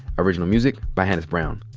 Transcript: original music by hannis brown.